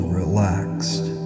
relaxed